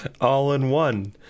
All-in-One